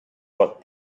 what